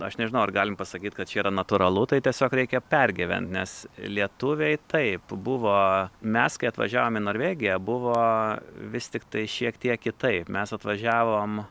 aš nežinau ar galim pasakyt kad čia yra natūralu tai tiesiog reikia pergyvent nes lietuviai taip buvo mes kai atvažiavom į norvegiją buvo vis tiktai šiek tiek kitaip mes atvažiavom